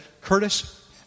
Curtis